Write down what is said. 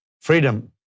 freedom